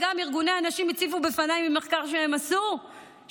גם ארגוני הנשים הציפו בפניי מחקר שהם עשו,